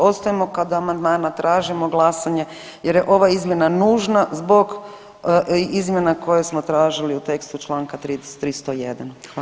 Ostajemo kod amandmana, tražimo glasanje jer je ova izmjena nužna zbog izmjena koje smo tražili u tekstu Članka 301.